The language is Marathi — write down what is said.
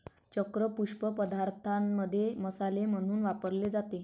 चक्र पुष्प पदार्थांमध्ये मसाले म्हणून वापरले जाते